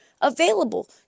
Available